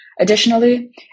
Additionally